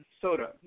soda